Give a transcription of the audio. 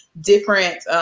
different